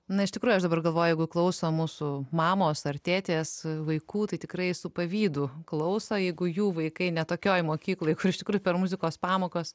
na iš tikrųjų aš dabar galvoju jeigu klauso mūsų mamos ar tėtės vaikų tai tikrai su pavydu klauso jeigu jų vaikai ne tokioj mokykloj kur iš tikrųjų per muzikos pamokas